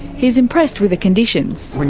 he is impressed with the conditions.